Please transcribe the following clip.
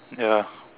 ya